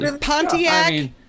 Pontiac